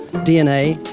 dna,